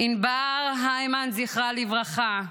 ענבר הימן, זכרה לברכה,